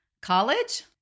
College